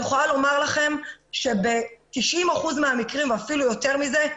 יכולה לומר לכם שב-90 אחוזים מהמקרים או אפילו יותר מזה,